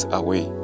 away